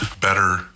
better